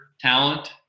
talent